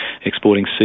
exporting